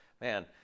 man